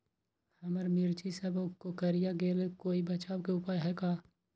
हमर मिर्ची सब कोकररिया गेल कोई बचाव के उपाय है का?